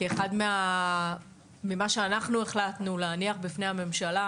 כי אחד הדברים שאנחנו החלטנו להניח בפני הממשלה